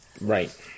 Right